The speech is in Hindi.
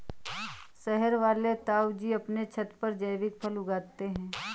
शहर वाले ताऊजी अपने छत पर जैविक फल उगाते हैं